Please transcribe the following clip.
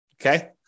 Okay